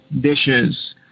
dishes